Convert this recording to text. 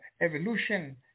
evolution